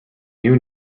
new